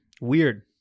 weird